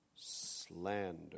slander